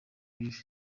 bibi